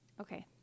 Okay